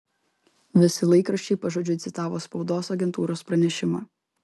visi laikraščiai pažodžiui citavo spaudos agentūros pranešimą